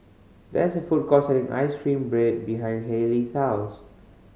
there is a food court selling ice cream bread behind Hailey's house